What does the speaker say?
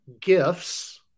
gifts